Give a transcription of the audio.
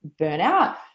burnout